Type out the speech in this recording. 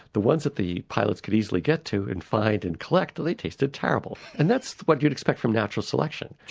the ones that the pilots could easily get to and find and collect, they tasted terrible. and that's what you'd expect from natural selection.